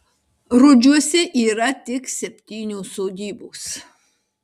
rudžiuose yra tik septynios sodybos